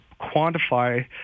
quantify